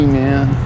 man